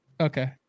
Okay